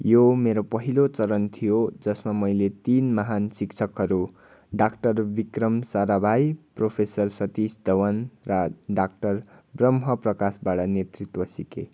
यो मेरो पहिलो चरण थियो जसमा मैले तिन महान् शिक्षकहरू डाक्टर विक्रम साराभाई प्रोफेसर सतीश धवन र डाक्टर ब्रह्म प्रकाशबाट नेतृत्व सिकेँ